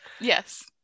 Yes